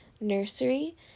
nursery